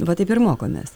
va taip ir mokomės